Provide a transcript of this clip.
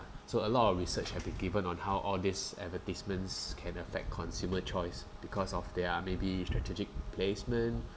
so a lot of research have been given on how all these advertisements can affect consumer choice because of their maybe strategic placement